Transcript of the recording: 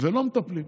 ולא מטפלים,